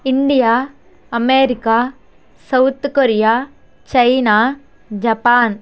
India America South Korea China Japan